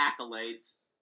accolades